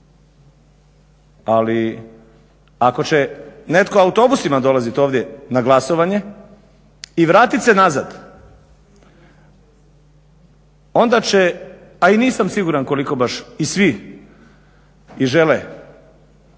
Ali ako će netko autobusima dolazit ovdje na glasovanje i vratit se nazad onda će, a i nisam siguran koliko baš i svi žele